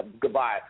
goodbye